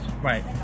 Right